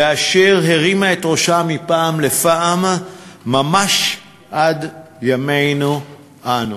ואשר הרימה את ראשה מפעם לפעם, ממש עד ימינו אנו.